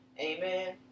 Amen